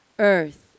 Earth